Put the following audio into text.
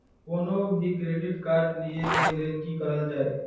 कोनो भी credit card लिए के लेल की करल जाय?